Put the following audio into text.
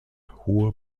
hohe